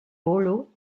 volo